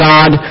God